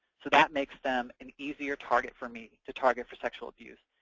so that makes them an easier target for me to target for sexual abuse.